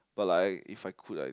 but like if I could like